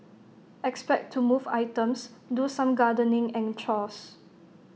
expect to move items do some gardening and chores